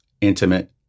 intimate